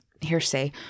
hearsay